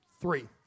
three